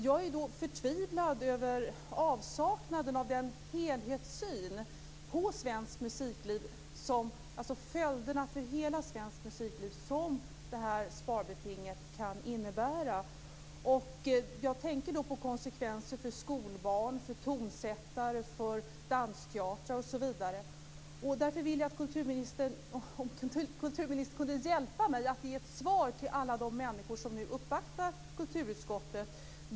Jag är förtvivlad över avsaknaden av en helhetssyn på svenskt musikliv, dvs. över de följder för svenskt musikliv över huvud taget som det här sparbetinget kan innebära. Jag tänker då på konsekvenserna för skolbarn, tonsättare, dansteatrar osv. Därför skulle jag önska att kulturministern kunde hjälpa mig med att ge ett svar till alla dem som nu uppvaktar kulturutskottet.